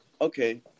Okay